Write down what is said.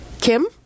Kim